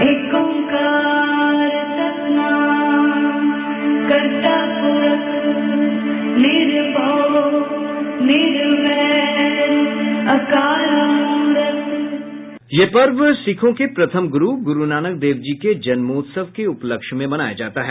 bite यह पर्व सिक्खों के प्रथम गुरु गुरुनानक देव जी के जन्मोत्सव के उपलक्ष में मनाया जाता है